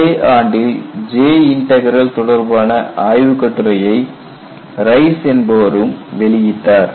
அதே ஆண்டில் J integral தொடர்பான ஆய்வுக் கட்டுரையை ரைஸ் என்பவரும் வெளியிட்டார்